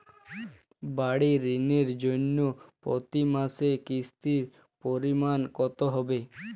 বাড়ীর ঋণের জন্য প্রতি মাসের কিস্তির পরিমাণ কত হবে?